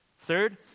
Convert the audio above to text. Third